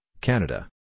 Canada